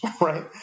right